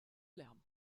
lärm